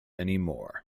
anymore